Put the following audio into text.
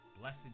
Blessed